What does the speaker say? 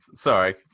Sorry